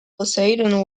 poseidon